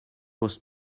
was